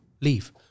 leave